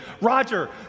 Roger